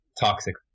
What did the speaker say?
toxic